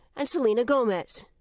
and selena gomez.